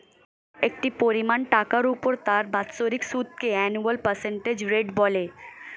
একটি পরিমাণ টাকার উপর তার বাৎসরিক সুদকে অ্যানুয়াল পার্সেন্টেজ রেট বলে